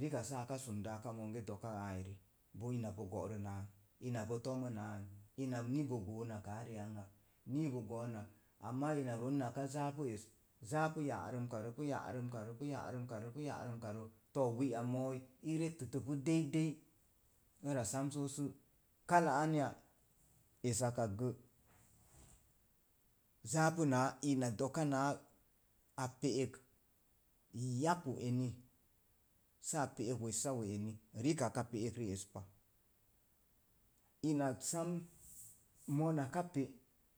rikak saa ka sundə aka monge do'a aa eri boo ina bo go'rən, aan, ina bo toman aan, ina ni bo goonak aa ri'ang ak, ni bo go'on ak, amaa ina roon naka zaapu es zaapu ya'rəmba rə, pu ya'rəmkarə, pu ya'ramkarə, pu ya'rəmkarə, too wi a mooi i rektətə pu deidei ara sam soo sə kala anya esakkak gə, zaapu naa ina doka naa a pe'ek yaku eni, saa pe'ek wessawe ari, rikak a pe'ek rii eopa, ina sam mona ka pe